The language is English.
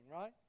right